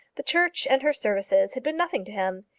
the church and her services had been nothing to him.